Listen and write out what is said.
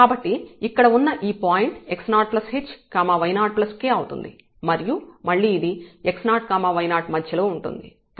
కాబట్టి ఇక్కడ ఉన్న ఈ పాయింట్ x0hy0k అవుతుంది మరియు మళ్ళీ ఇది x0y0 మధ్యలో ఉంటుంది